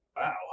Wow